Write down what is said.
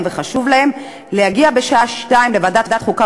וחשוב להם להגיע בשעה 14:00 לוועדת החוקה,